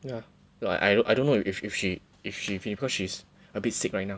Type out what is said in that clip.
yeah no I don't I don't know if if if she if she if she pee because she's a bit sick right now